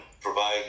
provide